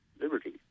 liberty